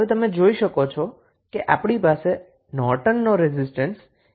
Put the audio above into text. હવે તમે જોઈ શકો છો કે આપણી પાસે v0i0 તરીકે નોર્ટનનો રેઝિસ્ટન્સ છે